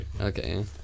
Okay